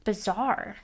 Bizarre